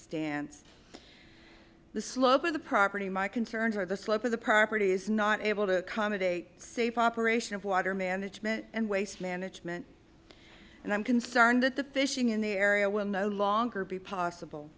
stands the slope of the property my concerns are the slope of the property is not able to accommodate safe operation of water management and waste management and i'm concerned that the fishing in the area will no longer be possible